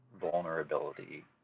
vulnerability